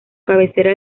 cabecera